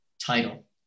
Title